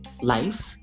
life